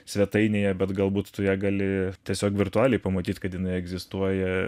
svetainėje bet galbūt tu ją gali tiesiog virtualiai pamatyti kad jinai egzistuoja